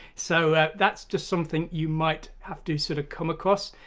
so that's just something you might have to sort of come across,